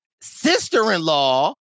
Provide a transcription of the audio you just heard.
sister-in-law